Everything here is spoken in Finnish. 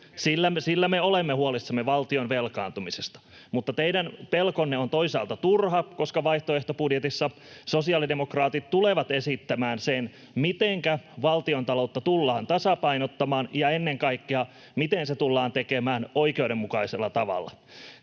sillä me olemme huolissamme valtion velkaantumisesta. Mutta teidän pelkonne on toisaalta turha, koska vaihtoehtobudjetissa sosiaalidemokraatit tulevat esittämään sen, mitenkä valtiontaloutta tullaan tasapainottamaan, ja ennen kaikkea, miten se tullaan tekemään oikeudenmukaisella tavalla.